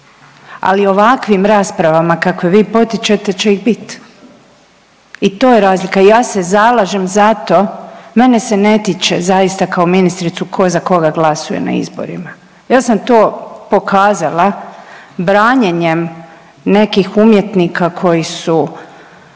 ali ovakvim raspravama kakve vi potičete će ih bit i to je razlika. I ja se zalažem za to mene se ne tiče zaista ministricu ko za koga glasuje na izborima, ja sam to pokazala branjenjem nekih umjetnika koji su